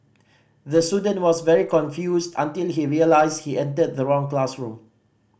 the student was very confused until he realised he entered the wrong classroom